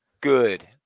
Good